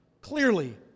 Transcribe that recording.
clearly